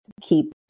keep